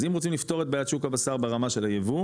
אז אם רוצים לפתור את בעיית שוק הבשר ברמה של היבוא,